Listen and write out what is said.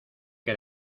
que